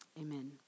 Amen